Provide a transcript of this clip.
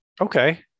Okay